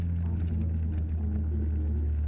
find some wistfulness coming creeping in.